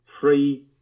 free